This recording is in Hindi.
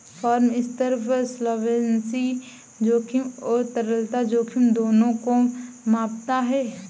फर्म स्तर पर सॉल्वेंसी जोखिम और तरलता जोखिम दोनों को मापता है